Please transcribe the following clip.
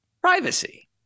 privacy